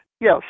yes